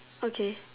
okay